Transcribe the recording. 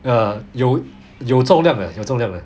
ya 有有重量 leh 有重量 leh